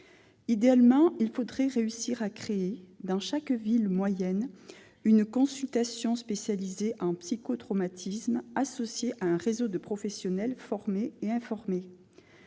Idéalement, il faudrait réussir à créer, dans chaque ville moyenne, une consultation spécialisée en psycho-traumatismes associée à un réseau de professionnels formés et informés.